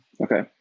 Okay